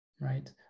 Right